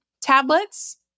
tablets